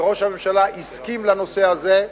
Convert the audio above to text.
שראש הממשלה הסכים לנושא הזה.